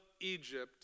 Egypt